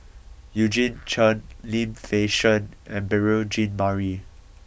Eugene Chen Lim Fei Shen and Beurel Jean Marie